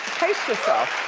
pace yourself.